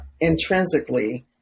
intrinsically